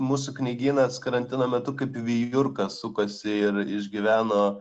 mūsų knygynas karantino metu kaip vijurkas sukosi ir išgyveno